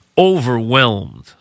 overwhelmed